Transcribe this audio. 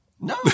No